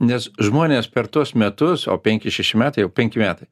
nes žmonės per tuos metus o penki šeši metai jau penki metai